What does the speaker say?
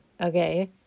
okay